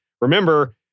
Remember